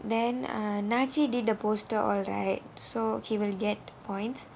then um naji did the poster all right so he will get points